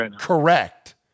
correct